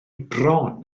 bron